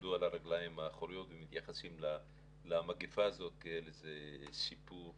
יעמדו על הרגליים האחוריות ומתייחסים למגפה הזאת כאל איזה סיפור